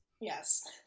Yes